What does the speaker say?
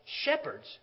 shepherds